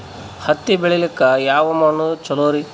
ಹತ್ತಿ ಬೆಳಿಲಿಕ್ಕೆ ಯಾವ ಮಣ್ಣು ಚಲೋರಿ?